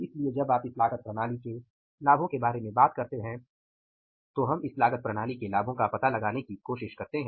इसलिए जब आप इस लागत प्रणाली के लाभों के बारे में बात करते हैं तो हम इस लागत प्रणाली के लाभों का पता लगाने की कोशिश करते हैं